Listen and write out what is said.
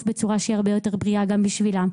בצורה שהיא הרבה יותר בריאה גם בשבילם.